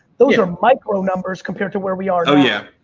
those are micro numbers compared to where we are. oh yeah.